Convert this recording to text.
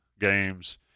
games